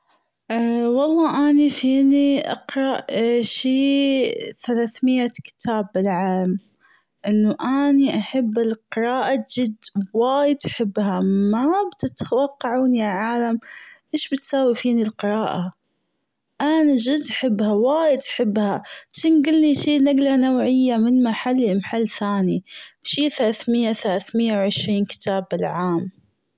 والله أني فيني أقرأ شي ثلاثمية كتاب بالعام أنه أني أحب القراءة جد وايد حبها ما بتتوقعون ياعالم أيش بتسوي فيني القراءة أنا جد حبها وايد حبها بتنجلني شي نجلة نوعية من محلي لمحل ثاني شي ثلاثمية ثلاثمية وعشرين كتاب بالعام.